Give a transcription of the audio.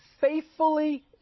faithfully